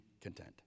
content